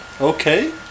okay